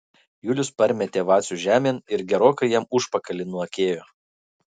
julius parmetė vacių žemėn ir gerokai jam užpakalį nuakėjo